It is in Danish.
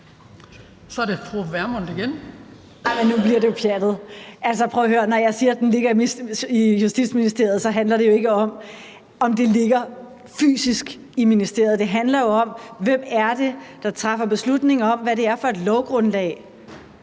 Pernille Vermund (NB): Men nu bliver det jo pjattet. Altså, prøv at høre: Når jeg siger, at den ligger i Justitsministeriet, så handler det jo ikke om, om det ligger fysisk i ministeriet; det handler jo om, hvem det er, der træffer beslutning om, hvad det er for et lovgrundlag,